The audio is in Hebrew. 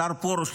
השר פרוש,